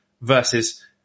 versus